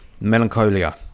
Melancholia